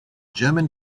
german